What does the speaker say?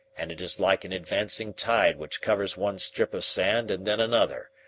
and it is like an advancing tide which covers one strip of sand and then another,